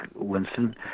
Winston